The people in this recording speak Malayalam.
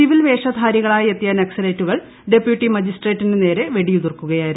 സിവിൽ വേഷധാരികളായും എത്തിയ നക്സലേറ്റുകൾ ഡെപ്യൂട്ടി മജിസ്ട്രേട്ടിനു നേരെ പ്ലൂടിയുതിർക്കുകയായിരുന്നു